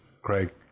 Craig